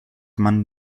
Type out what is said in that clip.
man